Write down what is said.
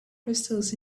crystals